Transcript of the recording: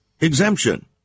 exemption